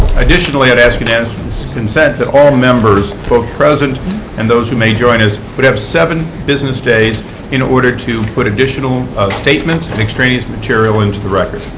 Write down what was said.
additionally, i would ask unanimous consent that all members, both present and those who may join us, would have seven business days in order to put additional statements and extraneous material into the record.